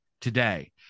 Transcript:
today